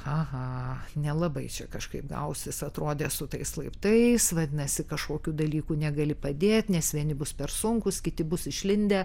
aha nelabai čia kažkaip gausis atrodė su tais laptais vadinasi kažkokių dalykų negali padėt nes vieni bus per sunkūs kiti bus išlindę